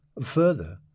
further